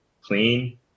clean